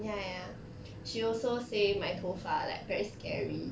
ya ya she also say my 头发 like very scary